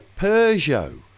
Peugeot